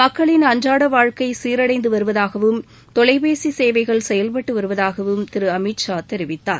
மக்களின் அன்றாட வாழ்க்கை சீரடைந்துவருவதாகவும் தொலைபேசி சேவைகள் செயல்பட்டு வருவதாகவும் திரு அமித்ஷா தெரிவித்தார்